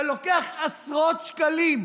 ולוקח עשרות שקלים,